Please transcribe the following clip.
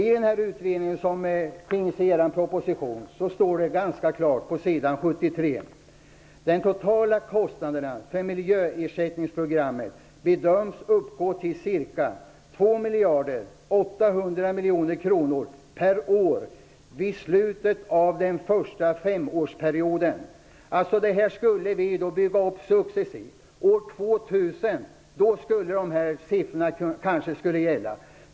I den utredning som finns i propositionen står det ganska klart på s. 73 att de totala kostnaderna för miljöersättningsprogrammet bedöms uppgå till ca 2 Detta skulle vi alltså bygga upp successivt. År 2000 skulle dessa siffror kanske gälla.